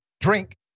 drink